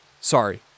sorry